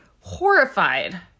horrified